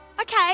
Okay